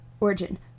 origin